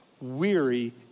weary